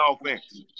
offense